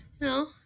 no